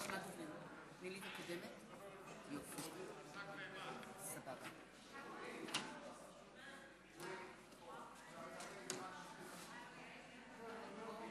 חמש